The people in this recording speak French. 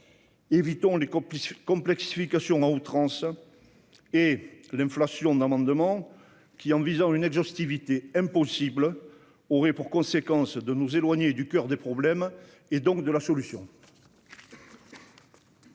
Évitons les complexifications à outrance et l'inflation d'amendements qui, en visant une exhaustivité impossible, auraient pour conséquence de nous éloigner du coeur du problème et donc de sa solution.